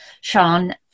Sean